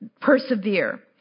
persevere